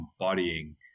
embodying